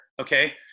okay